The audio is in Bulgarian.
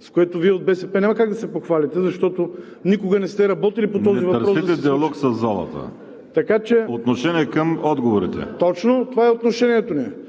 с което Вие от БСП няма как да се похвалите, защото никога не сте работили по този въпрос... ПРЕДСЕДАТЕЛ ВАЛЕРИ СИМЕОНОВ: Не търсете диалог със залата! Отношение към отговорите. ЮЛИАН АНГЕЛОВ: Точно това е отношението ни –